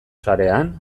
sarean